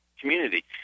community